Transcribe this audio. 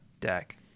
deck